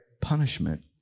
punishment